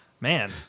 man